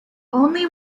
only